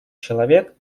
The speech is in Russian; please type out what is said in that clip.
человек